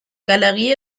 galerie